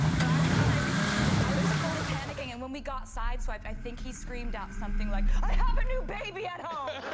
but i was like i was fully panicking and when we got side so i i think he screamed out something like i have a new baby at home